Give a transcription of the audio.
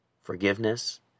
forgiveness